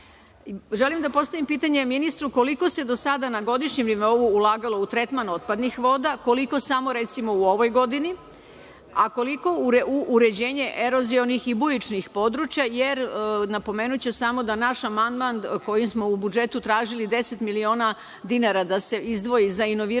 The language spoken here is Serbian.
EU.Želim da postavim pitanje ministru – koliko se do sada na godišnjem nivou ulagalo u tretman otpadnih voda, koliko samo u ovoj godini, a koliko u uređenje erozionih i bujičnih područja? Napomenuću samo da naš amandman kojim smo u budžetu tražili 10 miliona dinara da se izdvoji za inoviranje